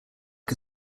are